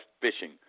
fishing